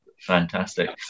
fantastic